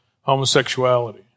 homosexuality